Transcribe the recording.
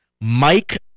Mike